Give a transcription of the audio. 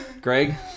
Greg